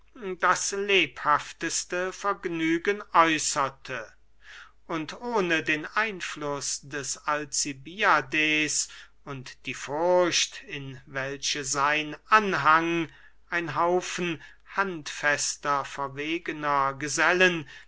das lebhafteste vergnügen äußerte und ohne den einfluß des alcibiades und die furcht in welche sein anhang ein haufen handfester verwegener gesellen